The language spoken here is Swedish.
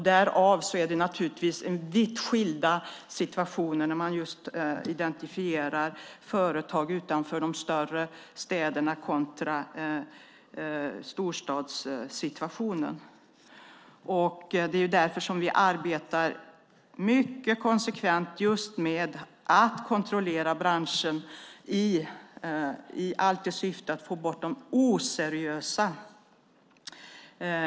Därför är det naturligtvis vitt skilda situationer när man just identifierar företag utanför de större städerna kontra storstadssituationen. Det är också därför vi arbetar mycket konsekvent just med att kontrollera branschen, allt i syfte att få bort de oseriösa.